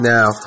Now